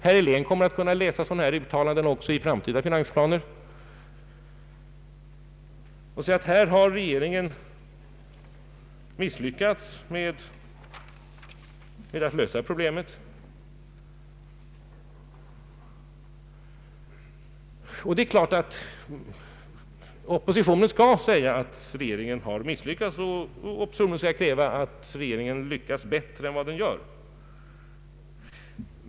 Herr Helén kommer att kunna läsa upp dylika uttalanden också vid behandlingen av framiida finansplaner och säga, att regeringen har misslyckats med att lösa problemen. Givetvis skall oppositionen hävda att regeringen har misslyckats och kräva att regeringen lyckas bättre än den gör.